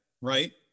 right